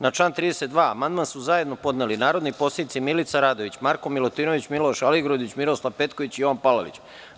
Na član 32. amandman su zajedno podneli narodni poslanici Milica Radović, Marko Milutinović, Miloš Aligrudić, Miroslav Petković i Jovan Palalić.